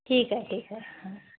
ठीक आहे ठीक आहे